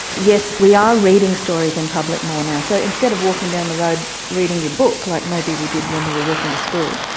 yes, we are reading stories in public more now. so instead of walking down the road reading your book, like maybe we did when we were walking to school